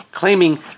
claiming